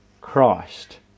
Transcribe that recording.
Christ